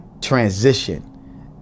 transition